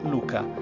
Luca